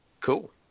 cool